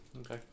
Okay